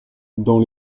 dans